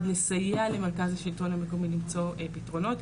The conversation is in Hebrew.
לסייע למרכז השלטון המקומי למצוא פתרונות.